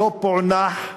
לא פוענח,